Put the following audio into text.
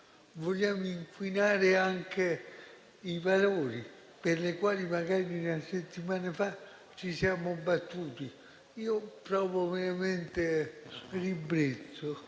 Vogliamo inquinare anche i valori per i quali solo una settimana fa ci siamo battuti? Io provo veramente ribrezzo